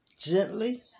gently